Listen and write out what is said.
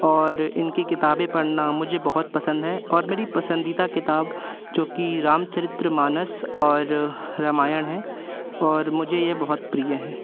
और इनकी किताबें पढ़ना मुझे बहुत पसंद है और मेरी पसंदीदा किताब जो कि राम चरित्र मानस और रामायण हैं और मुझे ये बहुत प्रिय हैं